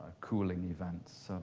cooling events.